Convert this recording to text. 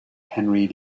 henry